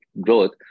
growth